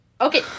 Okay